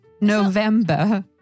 November